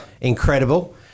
Incredible